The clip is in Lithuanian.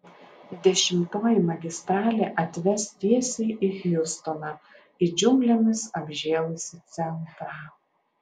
dešimtoji magistralė atves tiesiai į hjustoną į džiunglėmis apžėlusį centrą